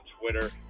Twitter